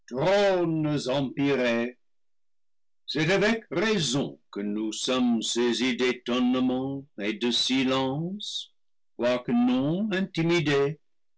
raison que nous sommes saisis d'étonnement et de silence quoique non intimidés